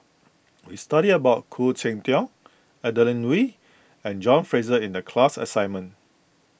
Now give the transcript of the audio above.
we studied about Khoo Cheng Tiong Adeline Ooi and John Fraser in the class assignment